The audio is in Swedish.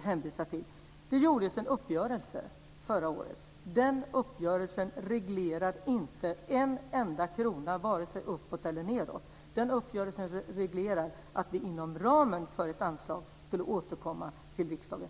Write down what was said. träffades en uppgörelse förra året. Den uppgörelsen reglerar inte en enda krona vare sig uppåt eller nedåt. Den uppgörelsen reglerar att vi inom ramen för ett anslag ska återkomma till riksdagen.